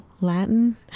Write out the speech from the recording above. Latin